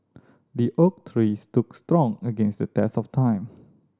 the oak tree stood strong against the test of time